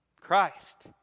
Christ